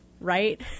right